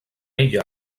ella